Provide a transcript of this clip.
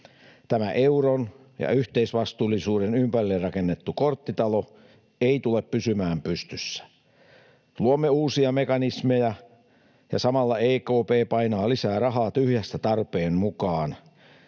Tämä euron ja yhteisvastuullisuuden ympärille rakennettu korttitalo ei tule pysymään pystyssä. Luomme uusia mekanismeja, ja samalla EKP painaa lisää rahaa tyhjästä tarpeen mukaan.